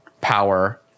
power